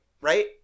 Right